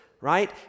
right